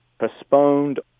postponed